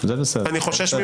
ורק אז אנו הולכים לשווי.